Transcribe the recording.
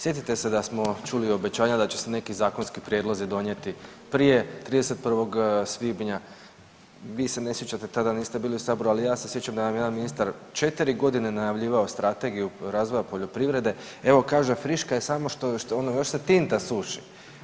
Sjetite se da smo čuli obećanja da će se neki zakonski prijedlozi donijeti prije 31. svibnja, vi se ne sjećate tada niste bili u saboru, ali ja se sjećam da nam je jedan ministar 4 godine najavljivao strategiju razvoja poljoprivrede, evo kaže friška je samo što još ono još se tinta suši.